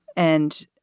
and,